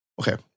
Okay